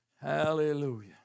Hallelujah